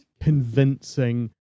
convincing